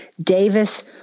Davis